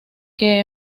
que